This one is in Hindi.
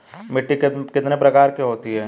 मिट्टी कितने प्रकार की होती हैं?